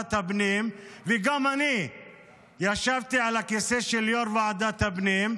ועדת הפנים וגם אני ישבתי על הכיסא של יו"ר ועדת הפנים,